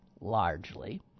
Largely